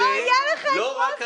גם אני יודע לעשות